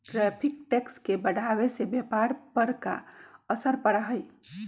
tariff tax के बढ़ावे से व्यापार पर का असर पड़ा हई